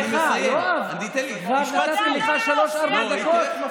יואב, כבר נתתי לך שלוש, ארבע דקות.